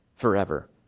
forever